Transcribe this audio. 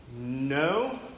no